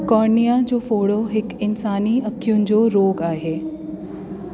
cornea जो फोड़ो हिकु इन्सानी अखियुनि जो रोग आहे